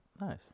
Nice